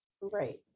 Right